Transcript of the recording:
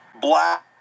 black